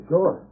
Sure